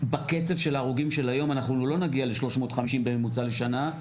בקצב של ההרוגים של היום אנחנו לא נגיע ל-350 בממוצע לשנה,